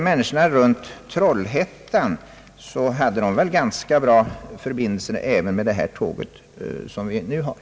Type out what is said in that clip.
Människorna runt omkring Trollhättan hade väl för övrigt ganska goda förbindelser även före omläggningen.